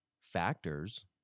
factors